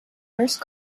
first